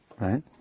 right